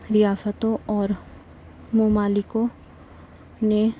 ریاستوں اور ممالکوں نے